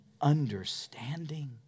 understanding